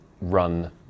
run